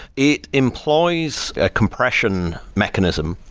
it employs a compression mechanism.